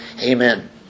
Amen